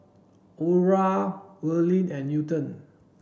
Audra Earline and Newton